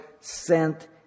sent